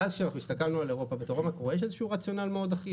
ואז כשאנחנו הסתכלנו על אירופה יש איזה שהוא רציונל מאוד אחיד,